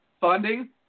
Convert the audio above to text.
funding